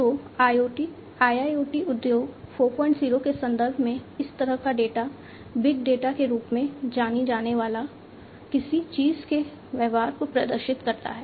तो IoT IIoT उद्योग 40 के संदर्भ में इस तरह का डेटा बिग डेटा के रूप में जानी जाने वाली किसी चीज़ के व्यवहार को प्रदर्शित करता है